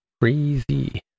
crazy